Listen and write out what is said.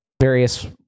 various